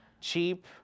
cheap